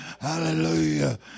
Hallelujah